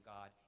God